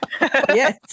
Yes